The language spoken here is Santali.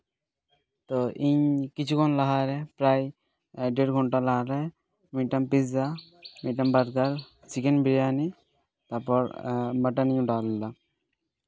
ᱛᱚ ᱤᱧ ᱠᱤᱪᱷᱩ ᱠᱷᱚᱱ ᱞᱟᱦᱟ ᱨᱮ ᱯᱨᱟᱭ ᱰᱮᱹᱲ ᱜᱷᱚᱱᱴᱟ ᱞᱟᱦᱟ ᱨᱮ ᱢᱤᱫᱴᱟᱝ ᱯᱤᱡᱽᱡᱟ ᱢᱤᱫᱴᱟᱝ ᱵᱟᱨᱜᱟᱨ ᱪᱤᱠᱮᱱ ᱵᱨᱤᱭᱟᱱᱤ ᱛᱟᱯᱚᱨ ᱢᱚᱴᱚᱱᱤᱧ ᱚᱰᱟᱨ ᱞᱮᱫᱟ